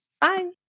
Bye